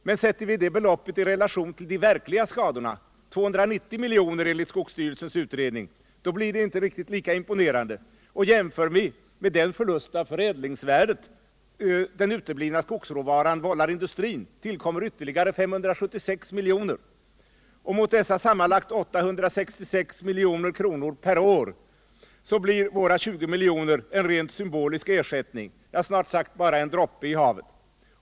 Men sätter vi det beloppet i relation till de verkliga skadorna, värderade till 290 milj.kr. i skogsstyrelsens utredning, blir det inte lika imponerande. Och jämför vi med den förlust av förädlingsvärdet som den uteblivna skogsråvaran vållar industrin, tillkommer ytterligare 576 milj.kr. Mot dessa sammanlagt 866 milj.kr. per år blir våra 20 miljoner en rent symbolisk ersättning, snart sagt bara en droppe i havet.